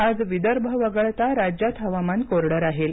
आज विदर्भ वगळता राज्यात हवामान कोरडं राहील